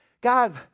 God